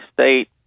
State